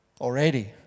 already